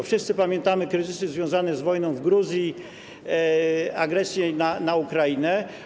Wszyscy pamiętamy kryzysy związane z wojną w Gruzji, agresję na Ukrainę.